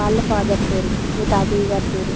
వాళ్ళ ఫాదర్ పేరు మీ తాతయ్య గారి పేరు